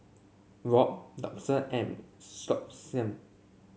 Rob Dolphus and Siobhan